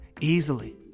easily